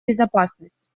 безопасность